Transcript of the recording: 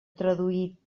traduït